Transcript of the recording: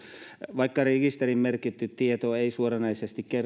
vaikka rekisteriin merkitty tieto ei suoranaisesti